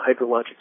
hydrologic